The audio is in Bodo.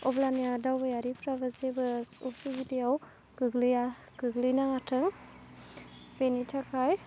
अब्लानिया दावबायारिफ्राबो जेबो असुबिदायाव गोग्लैया गोग्लैनाङाथों बेनि थाखाय